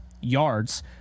yards